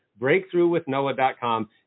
Breakthroughwithnoah.com